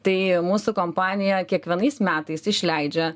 tai mūsų kompanija kiekvienais metais išleidžia